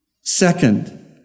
Second